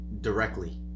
directly